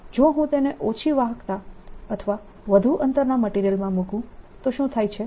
જો હું તેને ઓછી વાહકતા અથવા વધુ અંતરના મટીરીયલમાં મૂકું તો શું થાય છે